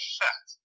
fat